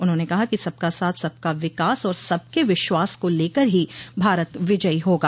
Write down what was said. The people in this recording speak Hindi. उन्होंने कहा कि सबका साथ सबका विकास और सबके विश्वास को लेकर ही भारत विजयी होगा